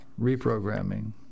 reprogramming